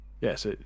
yes